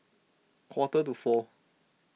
quarter to four